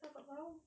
entah tak tahu